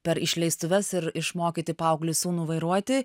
per išleistuves ir išmokyti paauglį sūnų vairuoti